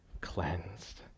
cleansed